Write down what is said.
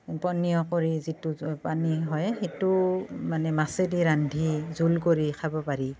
পনীয় কৰি যিটো পানী হয় সেইটো মানে মাছেদি ৰান্ধি জোল কৰি খাব পাৰি